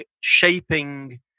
shaping